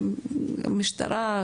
משטרה.